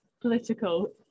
political